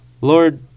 Lord